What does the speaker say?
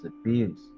abuse